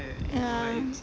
ya